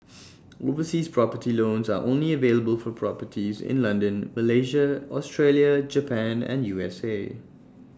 overseas property loans are only available for properties in London Malaysia Australia Japan and U S A